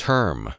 Term